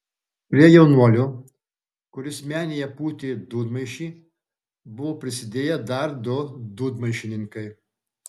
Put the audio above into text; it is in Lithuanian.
prie jaunuolio kuris menėje pūtė dūdmaišį buvo prisidėję dar du dūdmaišininkai